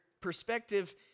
perspective